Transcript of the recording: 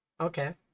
Okay